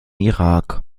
irak